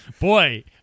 Boy